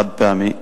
חד-פעמי.